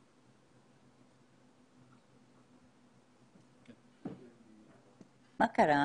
מה קרה?